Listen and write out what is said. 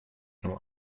nur